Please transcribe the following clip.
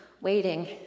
waiting